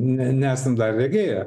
ne nesam dar regėję